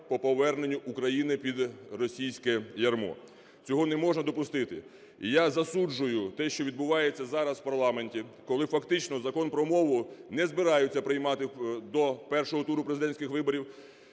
по поверненню України під російське ярмо. Цього не можна допустити. І я засуджую те, що відбувається зараз в парламенті, коли фактично Закон про мову не збираються приймати до першого туру президентських виборів,